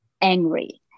angry